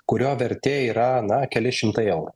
kurio vertė yra na keli šimtai eurų